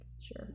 Sure